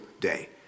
day